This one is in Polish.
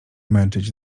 męczyć